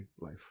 life